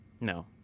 no